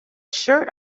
shirt